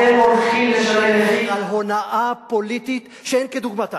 אתם הולכים לשלם מחיר על הונאה פוליטית שאין כדוגמתה.